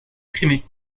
crimée